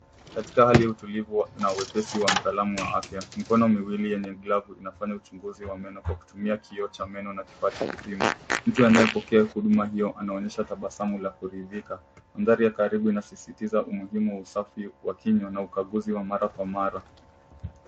Katika hali ya utulivu na wepesi wa mtaalam wa afya, mikono miwili yenye glavu ina fanya uchunguzi wa meno kwa kutumia kioo cha meno na kifaa cha kupima. Mtu anayepokea huduma hiyo anaonyesha tabasamu la kuridhika. Mandhari ya karibu inasisitiza umuhimu wa usafi wa kinywa na ukaguzi wa mara kwa mara.